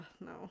no